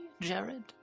Jared